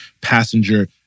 passenger